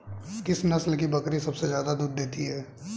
किस नस्ल की बकरी सबसे ज्यादा दूध देती है?